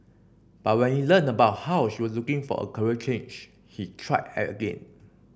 but when he learnt about how she was looking for a career change he tried again